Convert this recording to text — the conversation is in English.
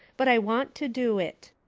but i want to do it.